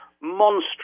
monstrous